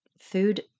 food